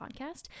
Podcast